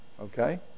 okay